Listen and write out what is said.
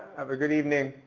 have a good evening.